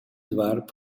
doarp